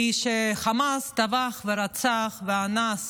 כי כשחמאס טבח ורצח ואנס